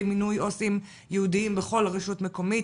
מינוי עובדים סוציאליים ייעודיים בכל רשות מקומית,